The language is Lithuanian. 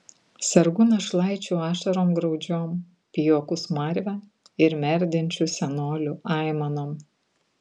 sergu našlaičių ašarom graudžiom pijokų smarve ir merdinčių senolių aimanom